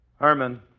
Herman